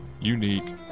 unique